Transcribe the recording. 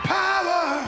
power